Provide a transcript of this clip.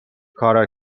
کارا